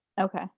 Okay